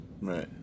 Right